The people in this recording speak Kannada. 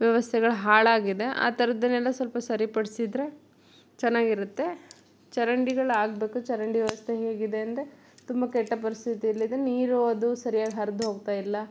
ವ್ಯವಸ್ಥೆಗಳು ಹಾಳಾಗಿದೆ ಆ ಥರದ್ದನ್ನೆಲ್ಲ ಸ್ವಲ್ಪ ಸರಿಪಡಿಸಿದ್ರೆ ಚೆನ್ನಾಗಿರುತ್ತೆ ಚರಂಡಿಗಳು ಆಗಬೇಕು ಚರಂಡಿ ವ್ಯವಸ್ಥೆ ಹೇಗಿದೆ ಅಂದರೆ ತುಂಬ ಕೆಟ್ಟ ಪರಿಸ್ಥಿತಿಯಲ್ಲಿದೆ ನೀರು ಅದು ಸರಿಯಾಗಿ ಹರಿದೋಗ್ತಾ ಇಲ್ಲ